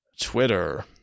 Twitter